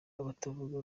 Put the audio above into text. abatavuga